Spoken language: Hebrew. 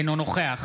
אינו נוכח